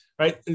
Right